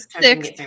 six